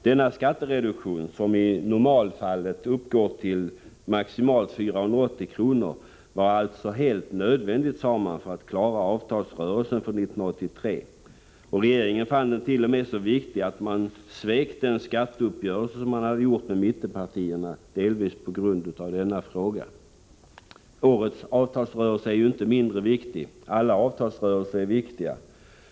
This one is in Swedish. Denna skattereduktion, som i normalfallet uppgår till maximalt 480 kr., var helt nödvändig, sade man, för att klara avtalsrörelsen för 1983. Regoringen fann den t.o.m. så viktig att man svek skatteuppgörelsen med mittenpartierna delvis på grund av denna fråga. Årets avtalsrörelse är ju inte mindre viktig — alla avtalsrörelser är viktiga.